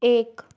एक